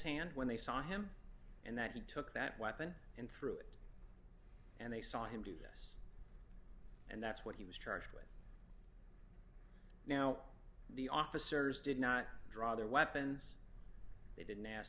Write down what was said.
hand when they saw him and that he took that weapon in through it and they saw him do this and that's what he was charged with now the officers did not draw their weapons they didn't ask